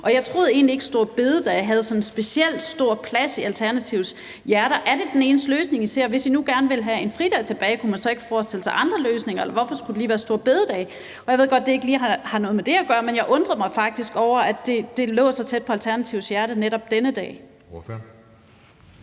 og jeg troede egentlig ikke, at store bededag havde sådan en specielt stor plads i Alternativets hjerte. Er det den eneste løsning, I ser? Hvis I nu gerne ville have en fridag tilbage, kunne man så ikke forestille sig andre løsninger? Eller hvorfor skulle lige være store bededag? Jeg ved godt, at det ikke lige har noget med det at gøre, men jeg undrede mig faktisk over, at netop denne dag lå så tæt på Alternativets hjerte. Kl.